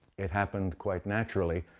it happened quite naturally.